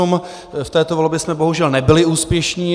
V této volbě jsme bohužel nebyli úspěšní.